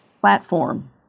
platform